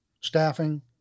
staffing